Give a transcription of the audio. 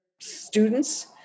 students